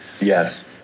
Yes